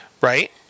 Right